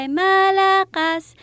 malakas